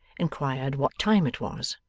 inquired what time it was.